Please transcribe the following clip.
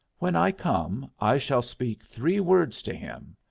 when i come, i shall speak three words to him.